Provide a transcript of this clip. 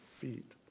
feet